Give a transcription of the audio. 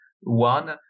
one